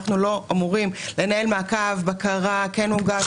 אנחנו לא אמורים לנהל מעקב ובקרה אם זה כן הוגש או לא הוגש.